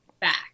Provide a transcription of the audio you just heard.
back